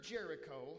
Jericho